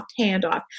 handoff